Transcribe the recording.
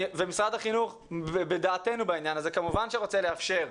ומשרד החינוך בדעתנו בעניין הזה וכמובן רוצה לאפשר,